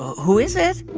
who is it?